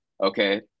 okay